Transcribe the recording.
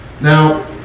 Now